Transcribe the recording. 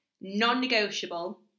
non-negotiable